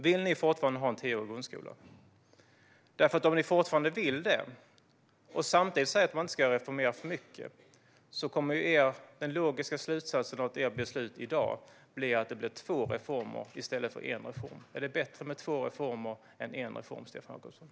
Om ni fortfarande vill ha det men samtidigt säger att man inte ska reformera för mycket kommer den logiska slutsatsen av ert beslut i dag att bli att det blir två reformer i stället för en reform. Är det bättre med två reformer än en reform, Stefan Jakobsson?